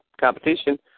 competition